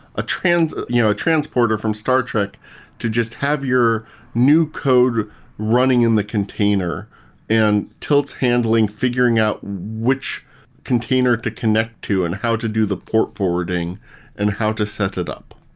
and you know transporter from star trek to just have your new code running in the container and tilt's handling, figuring out which container to connect to and how to do the port forwarding and how to set it up.